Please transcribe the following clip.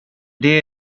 det